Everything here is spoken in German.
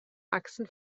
achsen